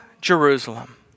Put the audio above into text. Jerusalem